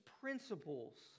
principles